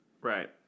Right